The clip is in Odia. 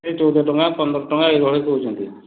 ଏ ଚଉଦ ଟଙ୍କା ପନ୍ଦର ଟଙ୍କା ଏଭଳି କହୁଛନ୍ତି